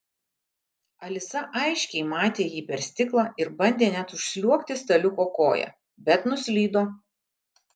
alisa aiškiai matė jį per stiklą ir bandė net užsliuogti staliuko koja bet nuslydo